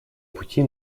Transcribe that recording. пути